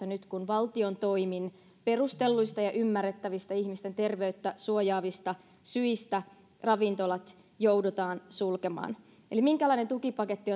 nyt kun valtion toimin perustelluista ja ymmärrettävistä ihmisten terveyttä suojaavista syistä ravintolat joudutaan sulkemaan eli minkälainen tukipaketti